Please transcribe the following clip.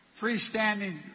freestanding